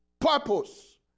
Purpose